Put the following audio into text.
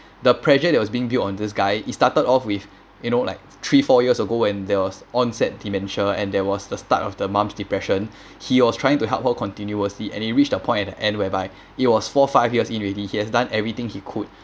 the pressure that was being built on this guy it started off with you know like three four years ago when there was onset dementia and there was the start of the mum's depression he was trying to help her continuously and he reached the point at the end whereby it was four five years in already he has done everything he could